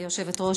גברתי היושבת-ראש,